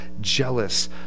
jealous